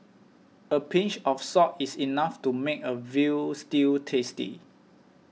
a pinch of salt is enough to make a Veal Stew tasty